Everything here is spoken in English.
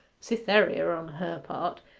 cytherea, on her part,